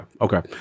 okay